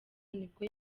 nibwo